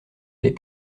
les